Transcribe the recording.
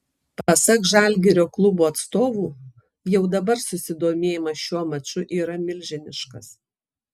pasak žalgirio klubo atstovų jau dabar susidomėjimas šiuo maču yra milžiniškas